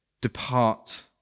Depart